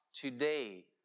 today